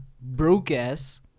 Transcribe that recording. broke-ass